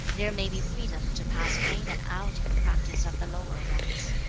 there may be freedom to pass in and out in the practice of the lower ones.